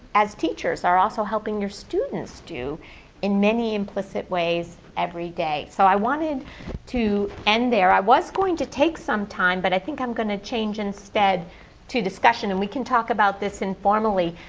as teachers, are also helping your students do in many implicit ways every day. so i want to end there. i was going to take some time, but i think i'm going to change instead to discussion and we can talk about this informally.